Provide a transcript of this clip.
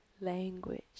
language